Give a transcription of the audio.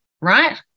right